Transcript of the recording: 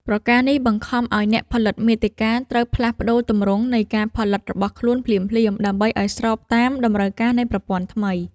ប្រការនេះបង្ខំឱ្យអ្នកផលិតមាតិកាត្រូវផ្លាស់ប្តូរទម្រង់នៃការផលិតរបស់ខ្លួនភ្លាមៗ ដើម្បីឱ្យស្របតាមតម្រូវការនៃប្រព័ន្ធថ្មី។